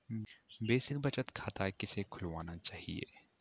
Basic बचत खाता किसे खुलवाना चाहिए?